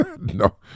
No